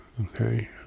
Okay